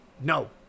No